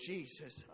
Jesus